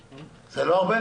מה הסילבוס של ההדרכה,